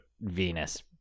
venus